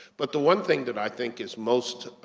but the one thing that i think is most,